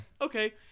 okay